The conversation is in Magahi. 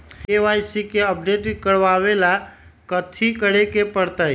के.वाई.सी के अपडेट करवावेला कथि करें के परतई?